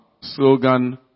slogan